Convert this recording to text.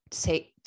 take